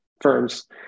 firms